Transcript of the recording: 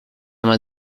main